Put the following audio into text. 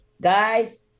Guys